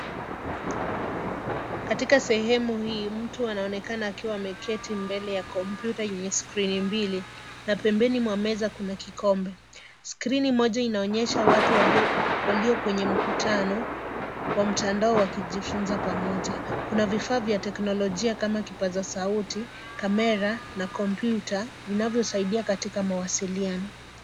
Katika sehemu hii, mtu anaonekana akiwa ameketi mbele ya kompyuta yenye skrini mbili na pembeni mwa meza kuna kikombe. Skrini moja inaonyesha watu walio kwenye mkutano wa mtandao wakijufunza pamoja. Kuna vifaa vya teknolojia kama kipaza sauti, kamera na kompyuta vinavyosaidia katika mawasiliano.